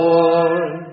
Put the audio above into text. Lord